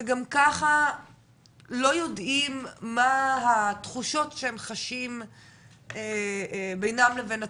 שגם ככה לא יודעים מה התחושות שהם חשים בינם לבין עצמם,